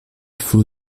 faut